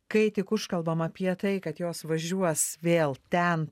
kai tik užkalbam apie tai kad jos važiuos vėl ten